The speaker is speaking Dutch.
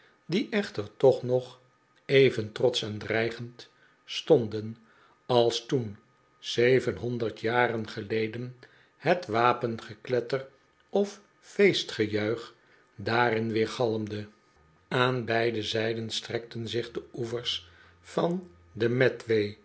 die echter toch nog even trotsch en dreigend stonden als toen zevenhonderd jaren geleden het wapengekletter of feestgejuich daarin weergalmde aan beide zijden strekten zich de oevers van de